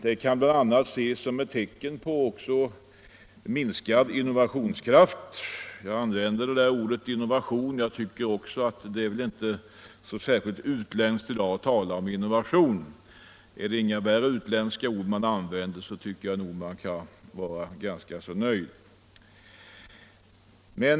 Det kan bl.a. ses som ett tecken på minskad innovationskraft. —- Jag använder ordet innovation; jag tycker inte heller att det är särskilt utländskt i dag att tala om innovation.